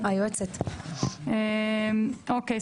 אוקיי,